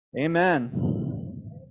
Amen